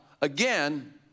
again